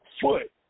foot